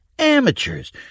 amateurs